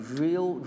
real